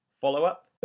Follow-up